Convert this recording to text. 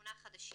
ושמונה חדשים.